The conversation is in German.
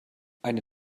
eine